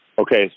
Okay